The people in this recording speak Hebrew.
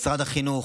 משרד החינוך.